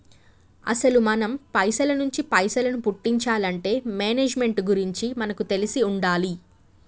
అసలు మనం పైసల నుంచి పైసలను పుట్టించాలంటే మేనేజ్మెంట్ గురించి మనకు తెలిసి ఉండాలి